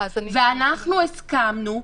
ואנחנו הסכמנו.